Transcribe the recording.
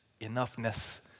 enoughness